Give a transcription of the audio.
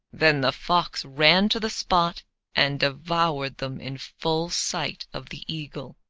then the fox ran to the spot and devoured them in full sight of the eagle.